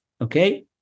Okay